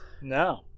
No